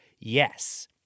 yes